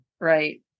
Right